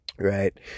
right